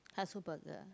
katsu burger